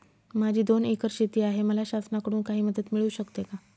माझी दोन एकर शेती आहे, मला शासनाकडून काही मदत मिळू शकते का?